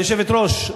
היושבת-ראש,